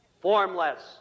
formless